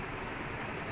way round